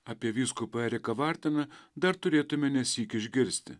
apie vyskupą eriką varteną dar turėtume nesyk išgirsti